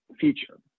feature